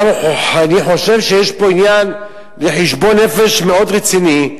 אני חושב שיש פה עניין לחשבון-נפש מאוד רציני.